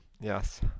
Yes